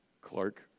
Clark